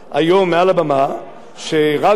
שרק במקרה של חקירה או פשיעה,